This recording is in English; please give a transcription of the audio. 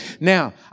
Now